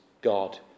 God